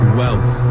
wealth